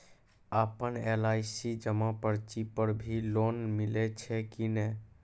आपन एल.आई.सी जमा पर्ची पर भी लोन मिलै छै कि नै?